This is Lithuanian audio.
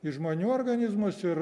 į žmonių organizmus ir